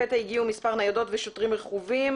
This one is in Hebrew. לפתע הגיעו מספר ניידות ושוטרים רכובים.